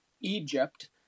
Egypt